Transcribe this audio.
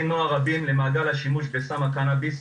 נוער רבים למעגל השימוש בסם הקנאביס,